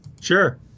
Sure